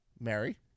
Mary